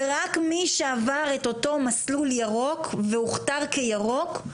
רק מי שעבר את אותו מסלול ירוק והוכתר כירוק,